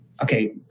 Okay